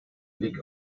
blick